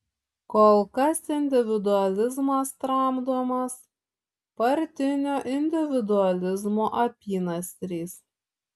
kol kas individualizmas tramdomas partinio individualizmo apynasriais